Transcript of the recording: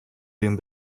den